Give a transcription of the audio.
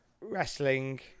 wrestling